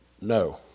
No